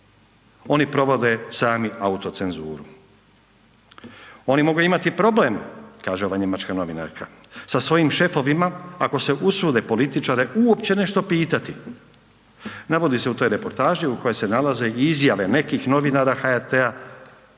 oni provode sami autocenzuru. Oni mogu imati problem, kaže ova njemačka novinarka sa svojim šefovima ako se usude političare uopće nešto pitati. Navodi se u toj reportaži u kojoj se nalaze i izjave nekih novinara HRT-a